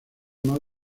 más